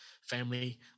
family